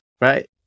right